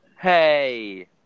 Hey